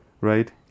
right